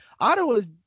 Ottawa's